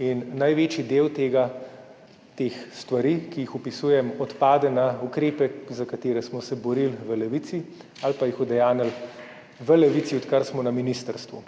in največji del teh stvari, ki jih opisujem, pade na ukrepe, za katere smo se borili v Levici ali pa jih udejanjili v Levici, odkar smo na ministrstvu.